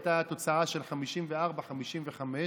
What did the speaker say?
הייתה תוצאה של 54 55,